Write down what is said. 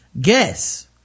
guess